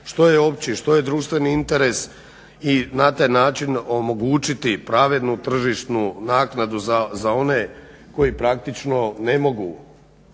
što je opći, što je društveni interes i na taj način omogućiti pravednu tržišnu naknadu za one koji praktično ne mogu